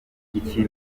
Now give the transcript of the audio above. abagore